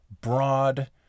broad